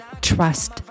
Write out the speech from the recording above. trust